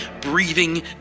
breathing